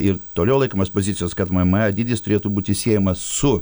ir toliau laikomės pozicijos kad mma dydis turėtų būti siejamas su